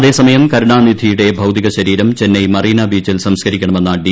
അതേസമയം കരുണാനിധിയുടെ ഭൌതീകശരീരം ചെന്നൈ മറീന ബീച്ചിൽ സംസ്ക്കരിക്കണമെന്ന ഡി